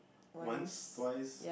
once twice